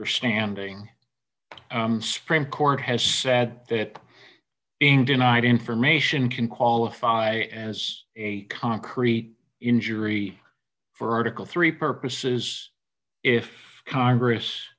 for standing spring court has said that being denied information can qualify as a concrete injury for article three purposes if congress